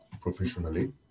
professionally